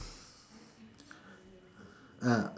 ah